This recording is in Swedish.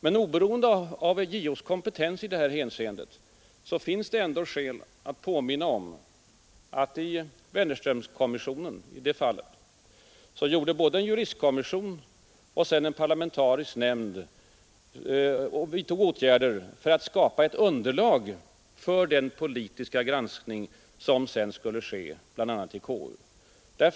Men oberoende av JO :s kompetens i detta hänseende finns det ändå skäl att påminna om att i Wennerströmfallet tillsattes både en juristkommission och en parlamentarisk nämnd för att genom sina utredningar skapa ett underlag för den politiska granskning som sedan skulle ske, bl.a. i konstitutionsutskottet.